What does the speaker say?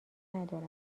ندارم